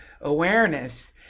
awareness